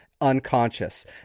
unconscious